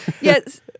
Yes